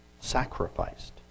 sacrificed